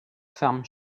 femme